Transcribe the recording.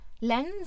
lens